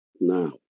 now